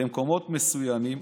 במקומות מסוימים,